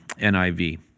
NIV